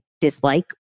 dislike